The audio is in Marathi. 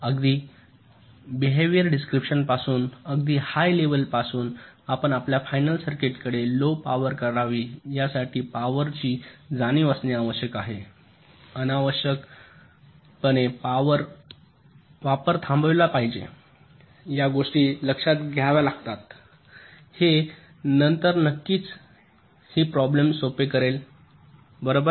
अगदी बेहेव्हिअर डिस्क्रिपशन पासून अगदी हाय लेव्हलपासून आपण आपल्या फायनल सर्किट्सकडे लो पॉवर वापरावी यासाठी पॉवर ची जाणीव असणे आवश्यक आहे अनावश्यकपणे पॉवर वापर थांबविला पाहिजे या गोष्टी लक्षात घ्याव्या लागतात हे नंतर नक्कीच ही प्रॉब्लेम सोपे करेल बरोबर